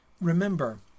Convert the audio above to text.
remember